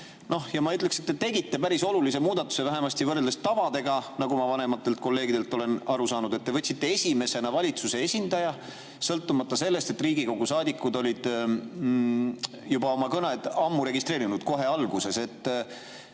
ma ütleks, et te tegite päris olulise muudatuse, vähemasti võrreldes tavaga, nagu ma vanemate kolleegide käest olen teada saanud. Te kutsusite esimesena pulti valitsuse esindaja, sõltumata sellest, et Riigikogu saadikud olid oma kõned juba ammu registreerinud, kohe istungi